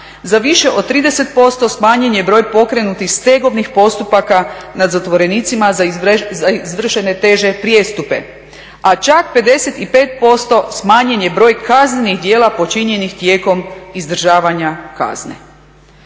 Za više od 30% smanjen je broj pokrenutih stegovnih postupaka nad zatvorenicima za izvršene teže prijestupe, a čak 55% smanjen je broj kaznenih djela počinjenih tijekom izdržavanja kazne.